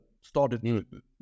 started